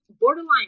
borderline